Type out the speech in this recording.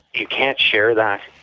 you can't share that,